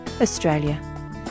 Australia